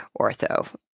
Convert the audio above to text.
ortho